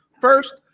First